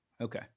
Okay